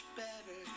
better